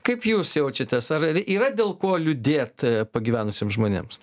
kaip jūs jaučiatės ar yra dėl ko liūdėt pagyvenusiems žmonėms